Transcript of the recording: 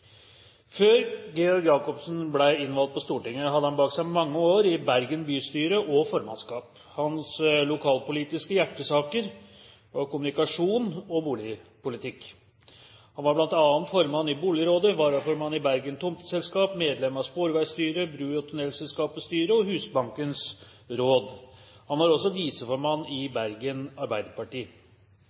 Før Georg Jacobsen ble innvalgt på Stortinget hadde han bak seg mange år i Bergen bystyre og formannskap. Hans lokalpolitiske hjertesaker var kommunikasjon og boligpolitikk. Han var bl.a. formann i Boligrådet, varaformann i Bergen Tomteselskap, medlem av Sporveisstyret, Bro- og Tunnelselskapets styre og Husbankens råd. Han var også viseformann i Bergen